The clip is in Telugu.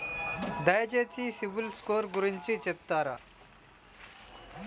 దయచేసి సిబిల్ స్కోర్ గురించి చెప్తరా?